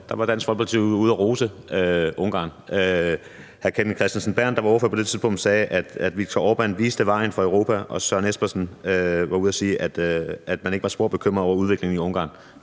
valg var Dansk Folkeparti jo ude at rose Ungarn. Hr. Kenneth Kristensen Berth, der var ordfører på det tidspunkt, sagde, at Viktor Orbán viste vejen for Europa, og Søren Espersen var ude at sige, at man ikke var spor bekymret over udviklingen i Ungarn.